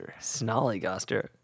snollygoster